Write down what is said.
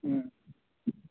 ꯎꯝ